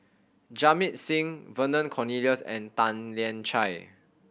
Jamit Singh Vernon Cornelius and Tan Lian Chye